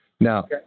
Now